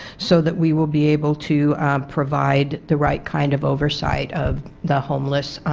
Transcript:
so that we will be able to provide the right kind of oversight of the homeless,